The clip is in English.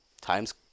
times